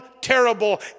terrible